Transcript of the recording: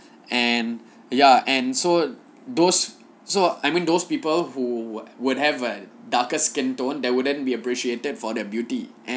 and ya and so those so I mean those people who would have a darker skin tone that wouldn't be appreciated for their beauty and